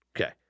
Okay